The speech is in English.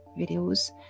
videos